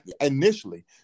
initially